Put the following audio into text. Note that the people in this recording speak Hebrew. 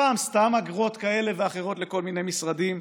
פעם סתם אגרות כאלה ואחרות לכל מיני משרדים.